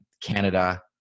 Canada